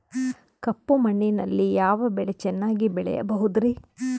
ಕಪ್ಪು ಮಣ್ಣಿನಲ್ಲಿ ಯಾವ ಬೆಳೆ ಚೆನ್ನಾಗಿ ಬೆಳೆಯಬಹುದ್ರಿ?